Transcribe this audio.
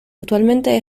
actualmente